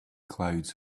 clouds